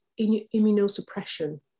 Immunosuppression